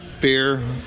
beer